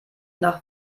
nach